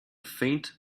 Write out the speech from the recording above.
faint